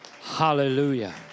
Hallelujah